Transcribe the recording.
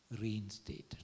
reinstated